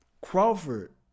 Crawford